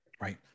Right